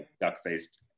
duck-faced